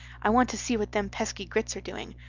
i want to see what them pesky grits are doing.